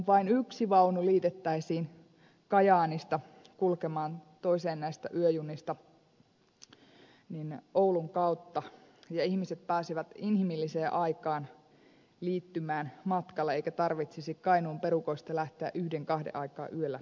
vain yksi vaunu liitettäisiin kajaanista käsin toiseen näistä pohjoisen yöjunista se tuskin maksaisi maltaita ja kuitenkin ihmiset pääsisivät inhimilliseen aikaan matkalle eikä tarvitsisi kainuun perukoilta lähteä yöllä yhden kahden aikaan liikenteeseen